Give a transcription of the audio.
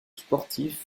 sportif